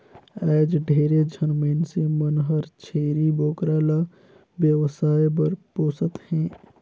आयज ढेरे झन मइनसे मन हर छेरी बोकरा ल बेवसाय बर पोसत हें